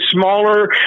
smaller